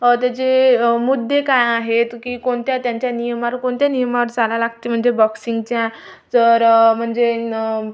त्याचे मुद्दे काय आहेत की कोणत्या त्यांच्या नियमावर कोणत्या नियमावर चालाय लागतं म्हणजे बॉक्सिंगच्या तर म्हणजे न